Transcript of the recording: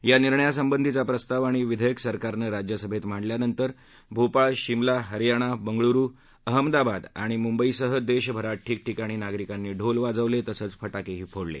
या निर्णयासंबंधीचा प्रस्ताव आणि विधेयक सरकारनं राज्यसभेत मांडल्यानंतर भोपाळ शिमला हरयाणा बेंगळुरु अहमदाबाद आणि मुंबईसह देशभरात ठिकठिकाणी नागरिकांनी ढोल वाजवले तसंच फटाकेही फोडले